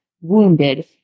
wounded